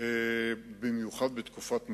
בתקופת משבר.